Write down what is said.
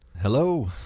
Hello